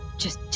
just